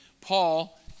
Paul